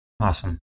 Awesome